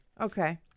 Okay